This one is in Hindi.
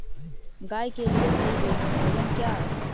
गाय के लिए सही भोजन क्या है?